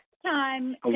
time